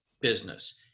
business